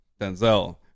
Denzel